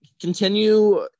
continue